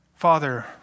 Father